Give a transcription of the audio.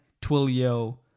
Twilio